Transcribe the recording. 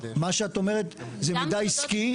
מה שאת אומרת זה מידע עסקי.